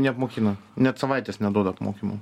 neapmokina net savaitės neduoda apmokymam